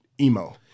emo